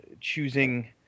choosing